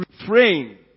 refrain